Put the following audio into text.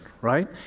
right